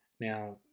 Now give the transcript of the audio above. now